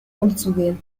umzugehen